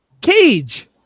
Cage